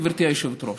גברתי היושבת-ראש.